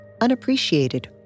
unappreciated